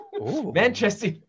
Manchester